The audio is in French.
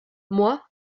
moi